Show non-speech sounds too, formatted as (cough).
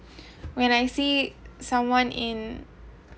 (breath) when I see someone in